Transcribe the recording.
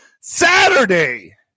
Saturday